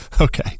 Okay